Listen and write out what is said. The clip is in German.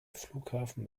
flughafen